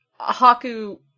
Haku